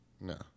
No